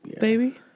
Baby